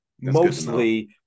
mostly –